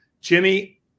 Jimmy